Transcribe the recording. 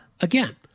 Again